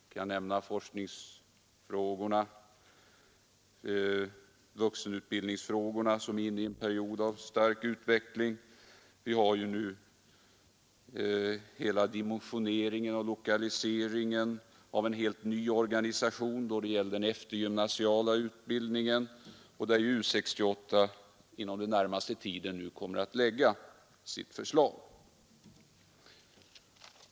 Jag kan nämna forskningsfrågorna och vuxenutbildningsfrågorna, som är inne i en period av stark utveckling. Vidare har vi hela dimensioneringen och lokaliseringen av en helt ny organisation för den eftergymnasiala utbildningen, där U 68 inom kort kommer att lägga fram förslag.